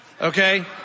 Okay